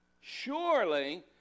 Surely